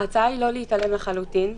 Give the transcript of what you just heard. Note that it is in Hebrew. ההצעה היא לא להתעלם לחלוטין.